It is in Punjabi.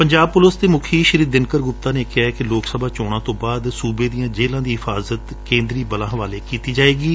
ਪੰਜਾਬ ਪੁਲਿਸ ਨੇ ਮੁਖੀ ਦਿਨਕਰ ਗੁਪਤਾ ਨੇ ਕਿਹੈ ਕਿ ਲੋਕ ਸਭਾ ਚੋਣਾਂ ਤੋਂ ਬਾਅਦ ਸੁਬੇ ਦੀਆਂ ਜੇਲਾਂ ਦੀ ਹਿਫਾਜ਼ਤ ਕੇਦਰੀ ਬੱਲਾਂ ਹਵਾਲੇ ਕੀਤੀ ਜਾਵੇਗੀ